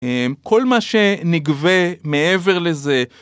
כל מה שנגווה מעבר לזה